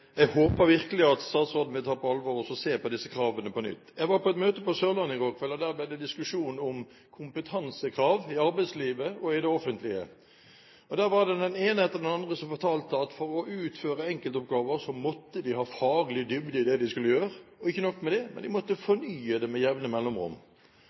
Jeg håper virkelig at statsråden vil ta dette på alvor og se på disse kravene på nytt. Jeg var på et møte på Sørlandet i går kveld, og der ble det diskusjon om kompetansekrav i arbeidslivet og i det offentlige. Der fortalte den ene etter den andre at for å utføre enkeltoppgaver måtte de ha faglig dybde i det de skulle gjøre – og ikke nok med det, de måtte